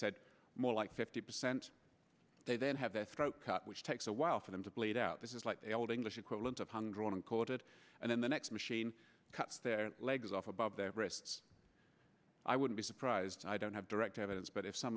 said more like fifty percent they then have their throat cut which takes a while for them to bleed out this is like the old english equivalent of one drawn and quartered and then the next machine cuts their legs off above their wrists i would be surprised i don't have direct evidence but if some